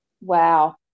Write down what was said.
Wow